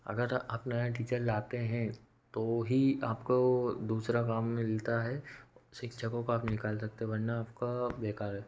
अगर आप नया टीचर लाते हैं तो ही आपको दूसरा काम मिलता है शिक्षकों को आप निकाल सकते वरना आपका बेकार है